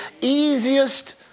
easiest